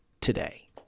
today